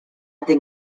think